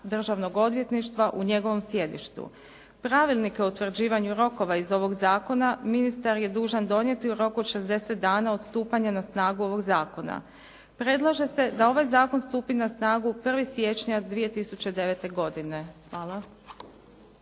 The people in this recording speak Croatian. državnog odvjetništva u njegovom sjedištu. Pravilnike o utvrđivanju rokova iz ovoga zakona ministar je dužan donijeti u roku od 60 dana od stupanja na snagu ovoga zakona. Predlaže se da ovaj zakon stupi na snagu 1. siječnja 2009. godine. Hvala.